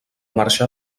marxà